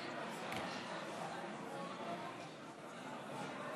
ראש ממשלה שפוגע בשלטון החוק אינו ראוי